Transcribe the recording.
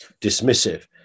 dismissive